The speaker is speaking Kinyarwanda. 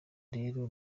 rero